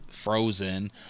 Frozen